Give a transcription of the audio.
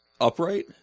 upright